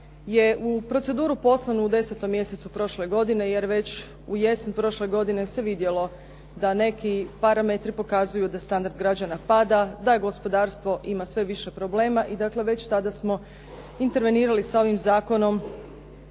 u proceduru poslan u 10. mjesecu prošle godine, jer već u jesen prošle godine se vidjelo da neki parametri pokazuju da standard građana pada, da gospodarstvo ima sve više problema. I dakle, već tada smo intervenirali sa ovim zakonom.